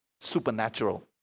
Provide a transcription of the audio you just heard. supernatural